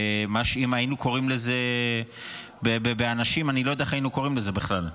אם היינו קוראים לגבי אנשים אני לא יודע איך היינו קוראים לזה בכלל.